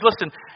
listen